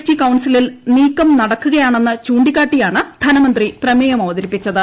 T കൌൺസിലിൽ നീക്കം നടക്കുകയാണെന്ന് ചൂണ്ടിക്കാട്ടിയാണ് ധനമന്ത്രി പ്രമേയം അവതരിപ്പിച്ചത്